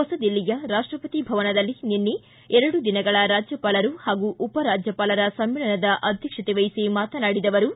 ಹೊಸದಿಲ್ಲಿಯ ರಾಷ್ಟಪತಿ ಭವನದಲ್ಲಿ ನಿನ್ನೆ ಎರಡು ದಿನಗಳ ರಾಜ್ಯಪಾಲರು ಹಾಗು ಉಪರಾಜ್ಯಪಾಲರ ಸಮ್ಮೇಳನದ ಅಧ್ಯಕ್ಷತೆ ವಹಿಸಿ ಮಾತನಾಡಿದ ಅವರು